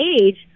age